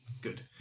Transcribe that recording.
good